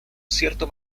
cierto